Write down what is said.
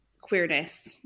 queerness